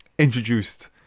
introduced